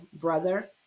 brother